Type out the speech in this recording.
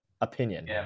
opinion